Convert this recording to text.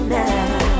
now